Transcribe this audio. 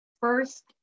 first